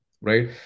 right